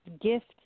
gift